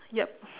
yup